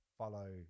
follow